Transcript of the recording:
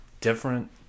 different